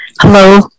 Hello